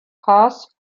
pass